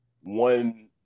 one